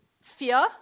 fear